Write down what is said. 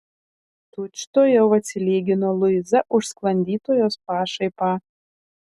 tučtuojau atsilygino luiza už sklandytojos pašaipą